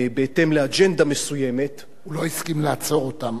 בהתאם לאג'נדה מסוימת, הוא לא הסכים לעצור אותם.